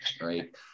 right